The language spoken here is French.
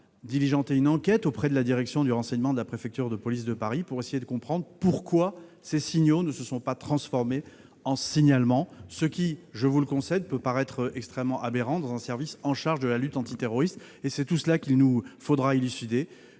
va diligenter une enquête auprès de la direction du renseignement de la préfecture de police de Paris pour essayer de comprendre pourquoi ces signaux n'ont pas abouti à un signalement, ce qui, je vous le concède, peut paraître extrêmement aberrant dans un service chargé de la lutte antiterroriste. C'est tout cela qu'il nous faudra élucider.